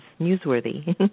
newsworthy